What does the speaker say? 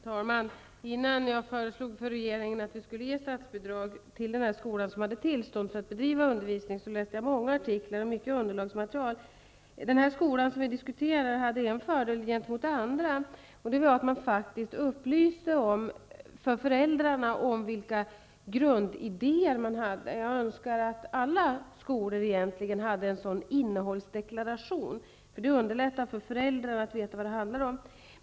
Herr talman! Innan jag föreslog regeringen att vi skulle ge statsbidrag till den här skolan, som hade tillstånd att bedriva undervisning, läste jag många artiklar och mycket annat underlagsmaterial. Den skola som vi nu diskuterar hade en fördel i jämförelse med andra, och det var att man faktiskt upplyste föräldrarna om vilka grundidéer man hade. Jag önskar egentligen att alla skolor hade en sådan innehållsdeklaration. Det underlättar för föräldrarna när det gäller att veta vad det handlar om.